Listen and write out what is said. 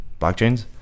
blockchains